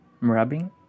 rubbing